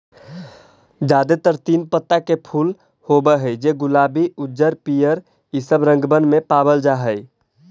जादेतर तीन पत्ता के फूल होब हई जे गुलाबी उज्जर पीअर ईसब रंगबन में पाबल जा हई